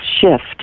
shift